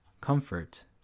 comfort